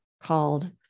called